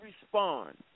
respond